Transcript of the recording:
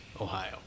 Ohio